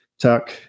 tuck